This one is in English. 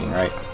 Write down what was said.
right